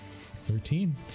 Thirteen